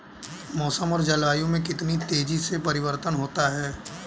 मौसम और जलवायु में कितनी तेजी से परिवर्तन होता है?